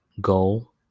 goal